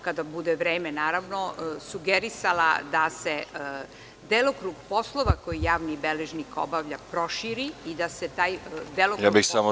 Kada bude vreme, ja bih sugerisala da se delokrug poslova koje javni beležnik obavlja proširi i da se taj delokrug poslova…